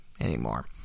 anymore